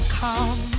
Come